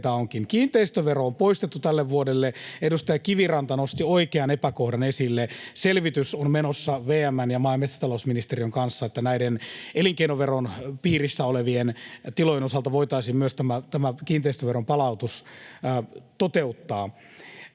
Kiinteistövero on poistettu tälle vuodelle. Edustaja Kiviranta nosti oikean epäkohdan esille. Selvitys on menossa VM:n ja maa- ja metsätalousministeriön kanssa, että näiden elinkeinoveron piirissä olevien tilojen osalta voitaisiin myös tämä kiinteistöveron palautus toteuttaa.